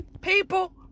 people